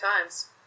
times